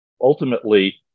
ultimately